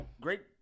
Great